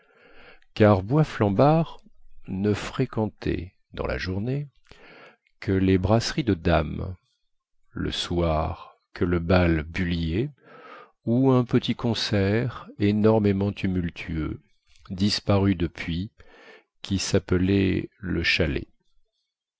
car boisflambard ne fréquentait dans la journée que les brasseries de dames le soir que le bal bullier ou un petit concert énormément tumultueux disparu depuis qui sappelait le chalet